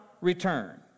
return